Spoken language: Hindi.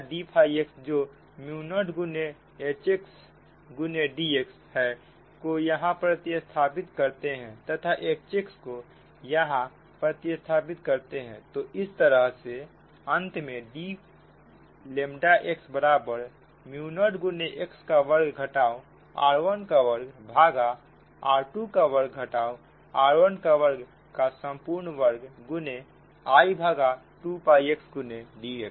यह d फाई x जो म्यु नोड गुने Hxगुने dx है को यहां प्रतिस्थापित करते हैं तथा Hxको यहां प्रतिस्थापित करते हैंतो इस तरह अंत में dx बराबर म्यु नोड गुने x का वर्ग घटाओ r1 का वर्ग भागा r2 का वर्ग घटाओ r1 का वर्ग का संपूर्ण वर्ग गुने I भागा 2 x गुने dx